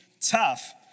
tough